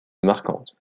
marquante